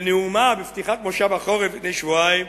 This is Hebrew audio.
בנאומה בפתיחת כנס החורף לפני שבועיים,